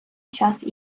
час